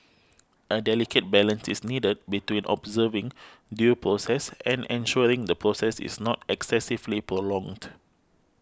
a delicate balance is needed between observing due process and ensuring the process is not excessively prolonged